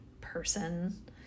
person